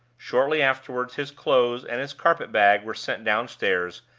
shortly afterward his clothes and his carpet-bag were sent downstairs,